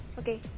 okay